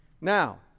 Now